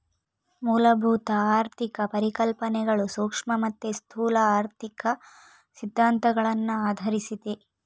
ಮೂಲಭೂತ ಆರ್ಥಿಕ ಪರಿಕಲ್ಪನೆಗಳು ಸೂಕ್ಷ್ಮ ಮತ್ತೆ ಸ್ಥೂಲ ಆರ್ಥಿಕ ಸಿದ್ಧಾಂತಗಳನ್ನ ಆಧರಿಸಿದೆ